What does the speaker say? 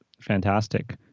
fantastic